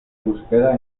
búsqueda